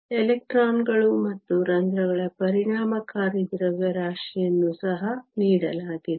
ಆದ್ದರಿಂದ ಎಲೆಕ್ಟ್ರಾನ್ಗಳು ಮತ್ತು ರಂಧ್ರಗಳ ಪರಿಣಾಮಕಾರಿ ದ್ರವ್ಯರಾಶಿಯನ್ನು ಸಹ ನೀಡಲಾಗಿದೆ